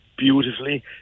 Beautifully